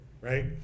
right